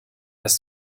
dass